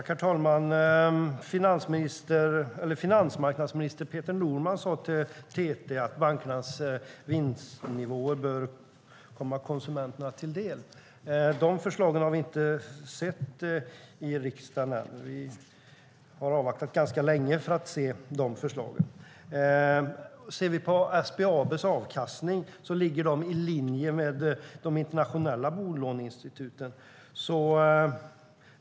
Herr talman! Finansmarknadsminister Peter Norman sade till TT att bankernas vinstnivåer bör komma konsumenterna till del. De förslagen har vi inte sett i riksdagen än. Vi har avvaktat ganska länge för att se de förslagen. Vi kan se på SBAB:s avkastning. De ligger i linje med de internationella bolåneinstituten.